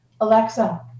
Alexa